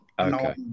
Okay